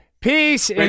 Peace